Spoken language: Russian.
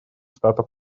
штатов